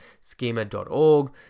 schema.org